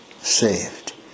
saved